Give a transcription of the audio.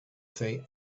say